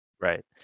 Right